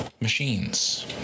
machines